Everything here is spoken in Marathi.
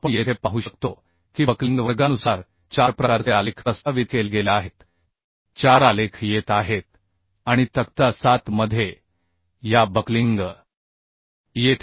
आपण येथे पाहू शकतो की बक्लिंग वर्गानुसार चार प्रकारचे आलेख प्रस्तावित केले गेले आहेत चार आलेख येत आहेत आणि तक्ता 7 मध्ये या बक्लिंग वर्गाची व्याख्या केली गेली आहे